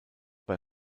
bei